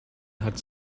had